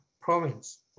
province